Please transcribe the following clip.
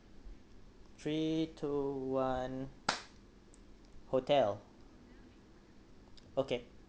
three two one hotel okay